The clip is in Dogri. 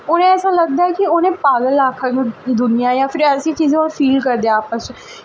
उ'नें गी ऐसा लगदा ऐ कि उ'नें गी पागल आखग दुनिया जां फील करदे ओह्